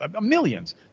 millions